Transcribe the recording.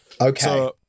okay